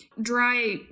dry